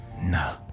No